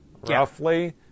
roughly